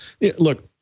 look